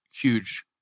huge